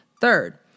Third